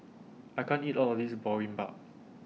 I can't eat All of This Boribap